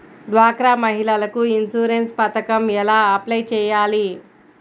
డ్వాక్రా మహిళలకు ఇన్సూరెన్స్ పథకం ఎలా అప్లై చెయ్యాలి?